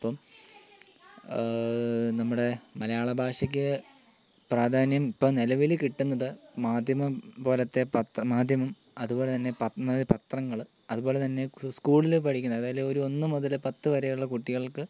അപ്പം നമ്മുടെ മലയാള ഭാഷയ്ക്ക് പ്രാധാന്യം ഇപ്പോൾ നിലവിൽ കിട്ടുന്നത് മാധ്യമം പോലത്തെ പത്രം മാധ്യമം അതുപോലെ പത്മ പത്രങ്ങൾ അതുപോലെ തന്നെ സ്കൂളിൽ പഠിക്കുന്ന അതായത് ഒരു ഒന്നു മുതൽ പത്ത് വരെയുള്ള കുട്ടികൾക്ക്